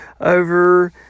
over